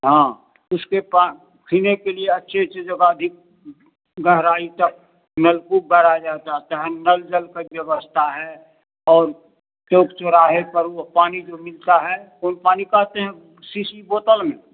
हँ उसके पास पीने के लिए अच्छे अच्छे जोगाधिक गहराई तक नलकूप गाड़ा जाता है नल जल का व्यवस्था है और चौक चौराहे पर वह पानी जो मिलता है वही पानी कहते हैं शीशी बोतल में